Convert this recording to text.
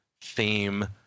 theme